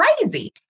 crazy